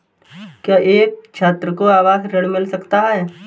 क्या एक छात्र को आवास ऋण मिल सकता है?